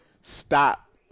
stop